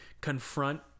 confront